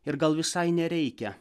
ir gal visai nereikia